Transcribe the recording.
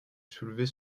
soulevez